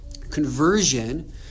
Conversion